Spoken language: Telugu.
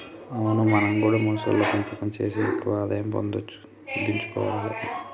అవును మనం గూడా మొసళ్ల పెంపకం సేసి ఎక్కువ ఆదాయం పెంపొందించుకొవాలే